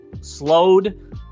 slowed